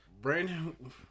Brandon